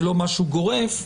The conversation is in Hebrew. ולא משהו גורף.